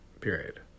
period